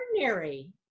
Ordinary